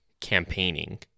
campaigning